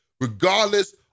regardless